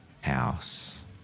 house